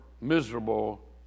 miserable